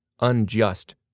unjust